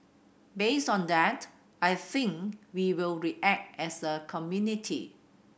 based on that I think we will react as a community